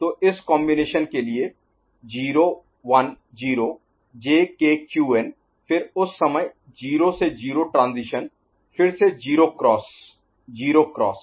तो इस कॉम्बिनेशन के लिए 0 1 0 जे के क्यूएन फिर उस समय 0 से 0 ट्रांजीशन फिर से 0 क्रॉस 0 क्रॉस